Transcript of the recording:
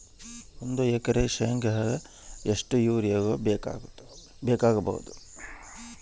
ಒಂದು ಎಕರೆ ಶೆಂಗಕ್ಕೆ ಎಷ್ಟು ಯೂರಿಯಾ ಬೇಕಾಗಬಹುದು?